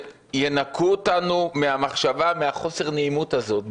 שינקו אותנו מהמחשבה, מחוסר הנעימות הזאת.